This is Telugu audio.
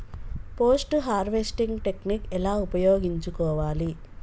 పోస్ట్ హార్వెస్టింగ్ టెక్నిక్ ఎలా ఉపయోగించుకోవాలి?